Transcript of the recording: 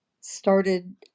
started